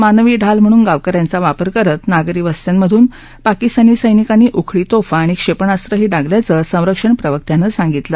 मानवी ढाल म्हणून गावक यांचा वापर करत नागरी वस्त्यांमधून पाकिस्तानी सैनिकांनी उखळी तोफा आणि क्षेपणास्त्रंही डागल्याचं संरक्षण प्रवक्त्यानं सांगितलं